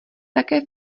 také